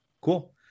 Cool